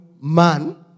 man